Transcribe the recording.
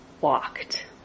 walked